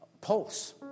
pulse